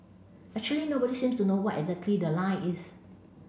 actually nobody seems to know what exactly the line is